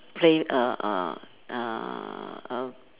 play err err err err